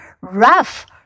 rough